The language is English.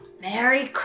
Merry